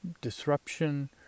disruption